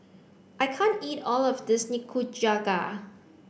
I can't eat all of this Nikujaga